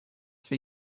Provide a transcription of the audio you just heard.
for